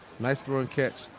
nice throwing catch.